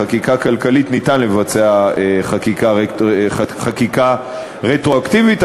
בחקיקה כלכלית אפשר לעשות חקיקה רטרואקטיבית.